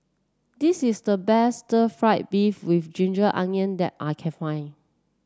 this is the best Stir Fried Beef with Ginger Onions that I can find